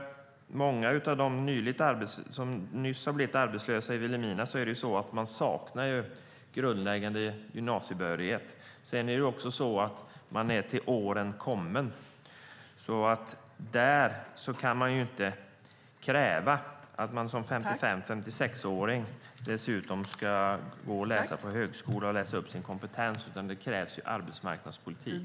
Många av dem som nyss har blivit arbetslösa i Vilhelmina saknar grundläggande gymnasiebehörighet. Man är också till åren kommen. Vi kan inte kräva att en 55-56-åring dessutom ska gå på högskolan och läsa upp sin kompetens, utan det krävs arbetsmarknadspolitik.